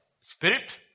Spirit